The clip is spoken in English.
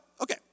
Okay